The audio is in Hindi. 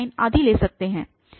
यह कनवर्ज करेगा